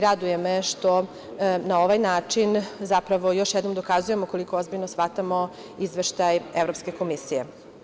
Raduje me što na ovaj način, zapravo, još jednom dokazujemo koliko ozbiljno shvatamo izveštaj Evropske komisije.